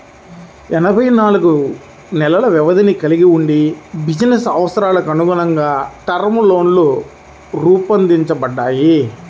ఎనభై నాలుగు నెలల వ్యవధిని కలిగి వుండి బిజినెస్ అవసరాలకనుగుణంగా టర్మ్ లోన్లు రూపొందించబడ్డాయి